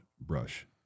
brush